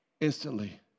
instantly